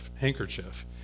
handkerchief